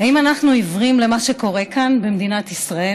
האם אנחנו עיוורים למה שקורה כאן במדינת ישראל?